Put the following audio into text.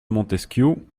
montesquiou